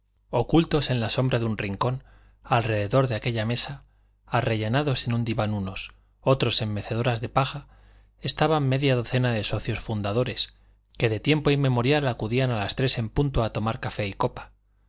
ocultos en la sombra de un rincón alrededor de aquella mesa arrellanados en un diván unos otros en mecedoras de paja estaban media docena de socios fundadores que de tiempo inmemorial acudían a las tres en punto a tomar café y copa